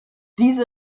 diese